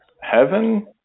Heaven